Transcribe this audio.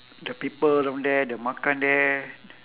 the people down there the makan there